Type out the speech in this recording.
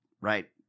right